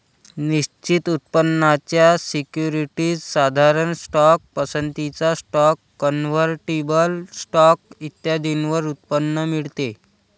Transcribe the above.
निश्चित उत्पन्नाच्या सिक्युरिटीज, साधारण स्टॉक, पसंतीचा स्टॉक, कन्व्हर्टिबल स्टॉक इत्यादींवर उत्पन्न मिळते